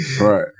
Right